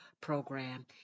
program